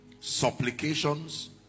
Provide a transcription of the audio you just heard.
Supplications